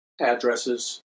addresses